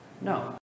No